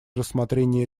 рассмотрении